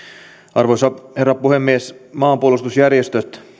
arvoisa herra puhemies maanpuolustusjärjestöt